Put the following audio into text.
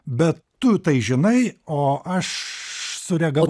bet tu tai žinai o aš sureagavau